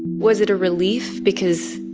was it a relief? because,